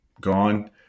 gone